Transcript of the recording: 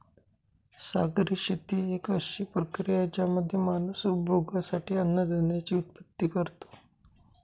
सागरी शेती एक अशी प्रक्रिया आहे ज्यामध्ये माणूस उपभोगासाठी अन्नधान्याची उत्पत्ति करतो